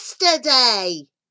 yesterday